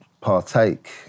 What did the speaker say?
partake